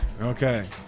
Okay